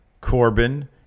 Corbin